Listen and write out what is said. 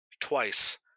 twice